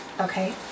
Okay